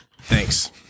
Thanks